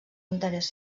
interès